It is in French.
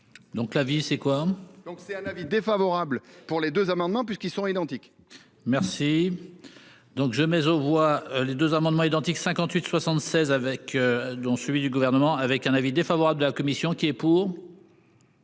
Donc la vie, c'est quoi. Donc c'est un avis défavorable pour les 2 amendements, puisqu'ils sont identiques. Merci. Donc je mais on voit les 2 amendements identiques 58 76 avec dont celui du gouvernement, avec un avis défavorable de la commission qui est pour.--